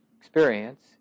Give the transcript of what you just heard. experience